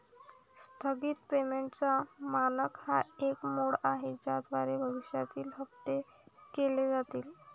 स्थगित पेमेंटचा मानक हा एक मोड आहे ज्याद्वारे भविष्यातील हप्ते केले जातील